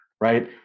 Right